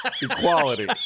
equality